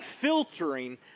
filtering